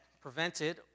prevented